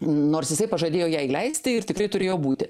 nors jisai pažadėjo ją įleisti ir tikrai turėjo būti